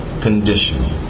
conditional